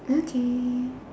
okay